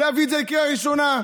להביא את זה לקריאה ראשונה.